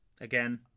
again